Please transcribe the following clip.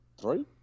three